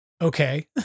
Okay